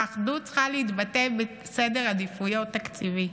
האחדות צריכה להתבטא בסדר עדיפויות תקציבי.